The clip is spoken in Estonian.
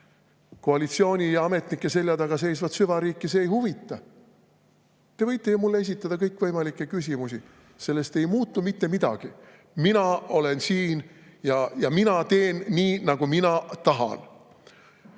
Koalitsiooni ja ametnike selja taga seisvat süvariiki see ei huvita. "Te võite ju mulle esitada kõikvõimalikke küsimusi, sellest ei muutu mitte midagi – mina olen siin ja mina teen nii, nagu mina tahan!"